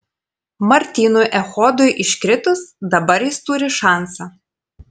martynui echodui iškritus dabar jis turi šansą